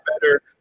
better